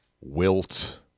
wilt